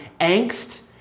angst